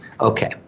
Okay